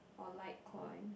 or Litecoin